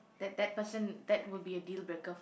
that that person that would be a dealbreaker for